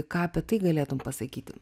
ką apie tai galėtum pasakyti